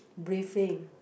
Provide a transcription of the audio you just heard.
briefing